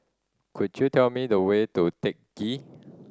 could you tell me the way to Teck Ghee